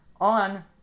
On